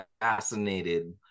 fascinated